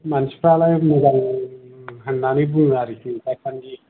मानसिफ्रालाय मोजां होन्नानै बुङो आरोखि दासानदि